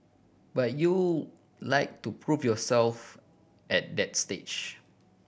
but you like to prove yourself at that stage